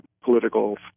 political